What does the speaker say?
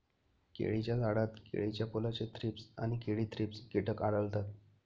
केळीच्या झाडात केळीच्या फुलाचे थ्रीप्स आणि केळी थ्रिप्स कीटक आढळतात